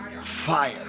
fire